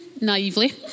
naively